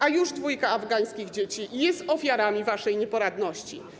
A już dwójka afgańskich dzieci jest ofiarami waszej nieporadności.